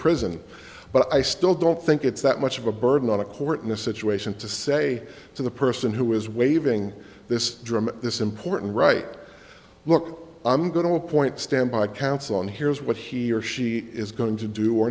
prison but i still don't think it's that much of a burden on a court in a situation to say to the person who is waving this drum this important right look i'm going to appoint standby counsel on here's what he or she is going to do or